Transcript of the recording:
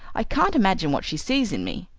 i can't imagine what she sees in me.